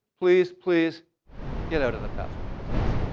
please, please get out of the password business.